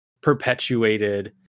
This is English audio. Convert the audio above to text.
perpetuated